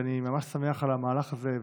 ואני ממש שמח על המהלך הזה,